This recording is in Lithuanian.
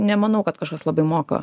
nemanau kad kažkas labai moka